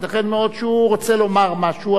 ייתכן מאוד שהוא רוצה לומר משהו,